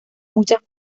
muchas